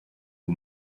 who